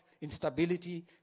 instability